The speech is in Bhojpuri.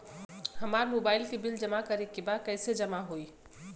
हमार मोबाइल के बिल जमा करे बा कैसे जमा होई?